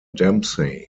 dempsey